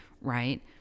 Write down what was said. right